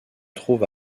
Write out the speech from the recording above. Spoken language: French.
trouve